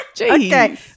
Okay